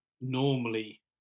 normally